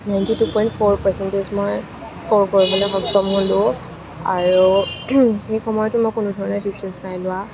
ninety two point four percentage মই score কৰিবলৈ সক্ষম হ'লোঁ আৰু সেইসময়তো মই কোনো ধৰণৰ টিউচনচ নাই লোৱা